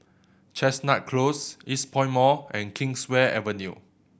Chestnut Close Eastpoint Mall and Kingswear Avenue